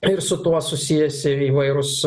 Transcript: ir su tuo susijusi įvairūs